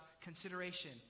consideration